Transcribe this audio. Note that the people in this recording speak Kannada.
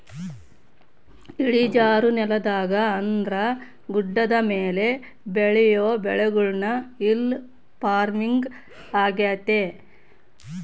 ಇಳಿಜಾರು ನೆಲದಾಗ ಅಂದ್ರ ಗುಡ್ಡದ ಮೇಲೆ ಬೆಳಿಯೊ ಬೆಳೆಗುಳ್ನ ಹಿಲ್ ಪಾರ್ಮಿಂಗ್ ಆಗ್ಯತೆ